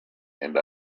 and